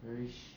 very shi~